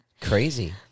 Crazy